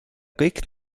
kõik